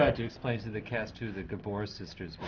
ah to explain to the cast who the gabor sisters